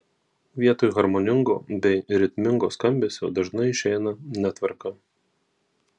vietoj harmoningo bei ritmingo skambesio dažnai išeina netvarka